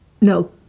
No